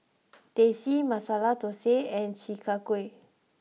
Teh C Masala Thosai and Chi Kak Kuih